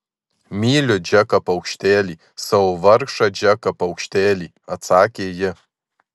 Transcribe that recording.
myliu džeką paukštelį savo vargšą džeką paukštelį atsakė ji